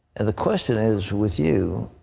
and the question is with you,